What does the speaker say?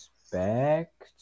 expect